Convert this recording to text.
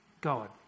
God